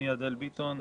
אדל ביטון,